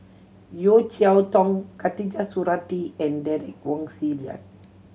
Yeo Cheow Tong Khatijah Surattee and Derek Wong Zi Liang